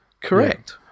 Correct